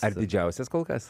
ar didžiausias kol kas